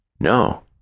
No